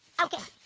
okay,